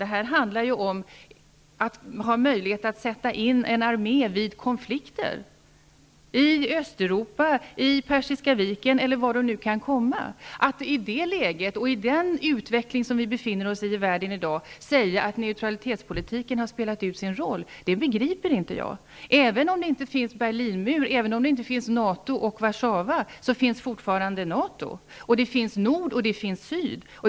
Det handlar om en armé som kan sättas in vid konflikter -- i Östeuropa, i Persiska viken eller var de nu kan komma att uppstå. Jag begriper inte att man i det läget och med den utveckling som sker i världen i dag kan säga att neutralitetspolitiken har spelat ut sin roll. Även om det inte finns någon Berlinmur, även om NATO och Warszawapakten inte står mot varandra, så finns NATO fortfarande kvar, och det finns nord, och det finns syd.